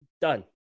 done